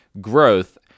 growth